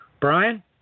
Brian